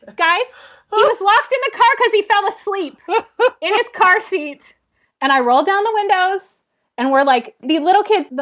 guys. he was locked in the car because he fell asleep in his car seat and i rolled down the windows and we're like the little kids, but